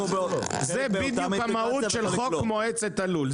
זה בדיוק המהות של חוק מועצת הלול.